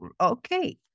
Okay